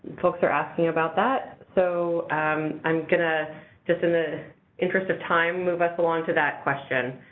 folks are asking about that. so i'm going to just in the interests of time, move us along to that question.